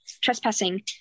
trespassing